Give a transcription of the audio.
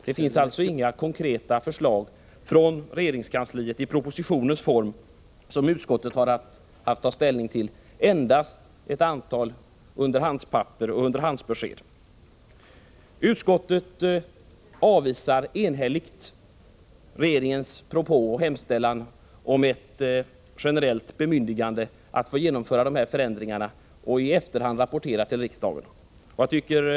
Det finns alltså inga konkreta förslag från regeringskansliet i propositionens form, som utskottet har haft att ta ställning till — endast ett antal underhandsbesked. Nr 92 Utskottet avvisar enhälligt regeringens propå om ett generellt bemyndi Torsdagen den gande att få genomföra dessa förändringar och i efterhand rapportera till 28 februari 1985 riksdagen.